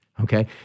Okay